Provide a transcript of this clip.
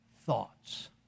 thoughts